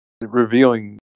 revealing